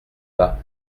bas